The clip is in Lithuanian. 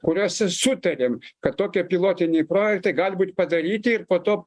kuriose sutarėm kad tokie pilotiniai projektai gali būt padaryti ir po to